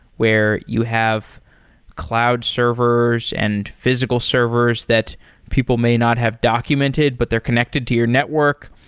where you have cloud servers and physical servers that people may not have documented, but they're connected to your network.